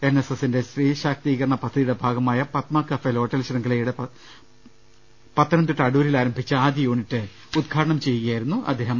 N S എസിന്റെ സ്ത്രീ ശാക്തീകരണ പദ്ധതിയുടെ ഭാഗമായ പത്മ കഫേ ഹോട്ടൽ ശൃംഖലയുടെ പത്തനംതിട്ട അടൂരിൽ ആരംഭിച്ച ആദ്യ യൂണിറ്റ് ഉദ്ഘാടനം ചെയ്യുകയായിരുന്നു അദ്ദേഹം